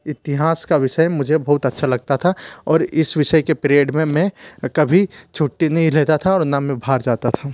इतिहास का विषय मुझे बहुत अच्छा लगता था और इस विषय के पीरीअड में मैं कभी छुट्टी नहीं लेता था और न मैं बाहर जाता था